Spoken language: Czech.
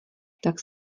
tak